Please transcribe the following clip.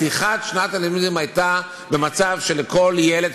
פתיחת שנת הלימודים הייתה במצב שלכל ילד,